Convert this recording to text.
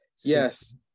Yes